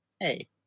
Hey